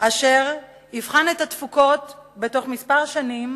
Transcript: אשר יבחן את התפוקות בתוך כמה שנים,